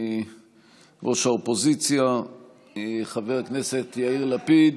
ראש האופוזיציה חבר הכנסת יאיר לפיד,